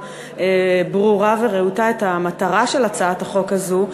ברורה ורהוטה את המטרה של הצעת החוק הזאת.